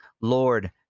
Lord